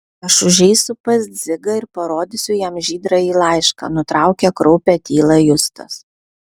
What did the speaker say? aš užeisiu pas dzigą ir parodysiu jam žydrąjį laišką nutraukė kraupią tylą justas